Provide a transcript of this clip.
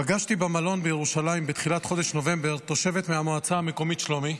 פגשתי במלון בירושלים בתחילת חודש נובמבר תושבת מהמועצה המקומית שלומי,